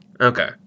Okay